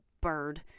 bird